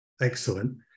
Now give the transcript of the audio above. Excellent